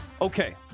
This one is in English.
Okay